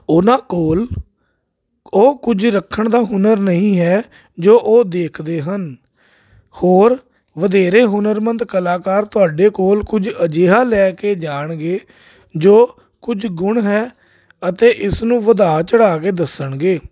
ਉਹਨਾਂ ਕੋਲ ਉਹ ਕੁਝ ਰੱਖਣ ਦਾ ਹੁਨਰ ਨਹੀਂ ਹੈ ਜੋ ਉਹ ਦੇਖਦੇ ਹਨ ਹੋਰ ਵਧੇਰੇ ਹੁਨਰਮੰਦ ਕਲਾਕਾਰ ਤੁਹਾਡੇ ਕੋਲ ਕੁਝ ਅਜਿਹਾ ਲੈ ਕੇ ਜਾਣਗੇ ਜੋ ਕੁਝ ਗੁਣ ਹੈ ਅਤੇ ਇਸ ਨੂੰ ਵਧਾ ਚੜਾ ਕੇ ਦੱਸਣਗੇ